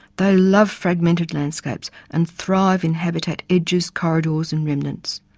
they love fragmented landscapes and thrive in habitat edges, corridors and remnants.